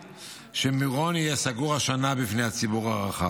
שמירון יהיה סגור השנה בפני הציבור הרחב.